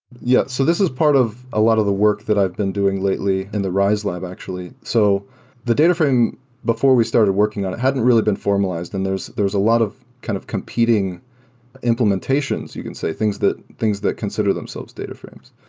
yeah. so this is part of a lot of the work that i've been doing lately in the riselab actually. so the data frame before we started working on it hadn't really been formalized, and there's there's a lot of kind of competing implementations, you can say. things that things that consider themselves data frames.